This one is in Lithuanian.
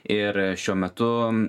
ir šiuo metu